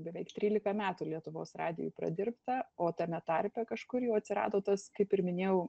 beveik trylika metų lietuvos radijuj pradirbta o tame tarpe kažkur jau atsirado tas kaip ir minėjau